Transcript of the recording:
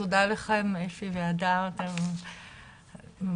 ותודה לכם, אפי ובדר, אתם ממש,